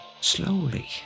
Slowly